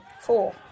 Four